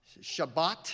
Shabbat